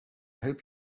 hope